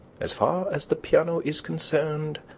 as far as the piano is concerned,